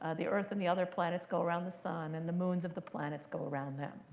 ah the earth and the other planets go around the sun. and the moons of the planets go around them.